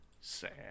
sad